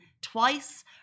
twice